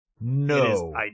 no